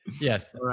Yes